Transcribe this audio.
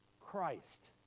Christ